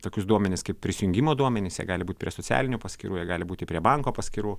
tokius duomenis kaip prisijungimo duomenys jie gali būt prie socialinių paskyrų jie gali būti prie banko paskyrų